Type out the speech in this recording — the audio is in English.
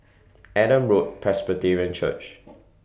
Adam Road Presbyterian Church